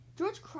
George